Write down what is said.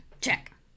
Check